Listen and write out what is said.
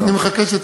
פשוט אני מחכה שתצא.